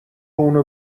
اونو